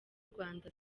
urwanda